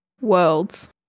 worlds